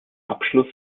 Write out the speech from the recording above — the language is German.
abschluss